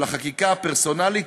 של החקיקה הפרסונלית,